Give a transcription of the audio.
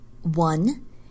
One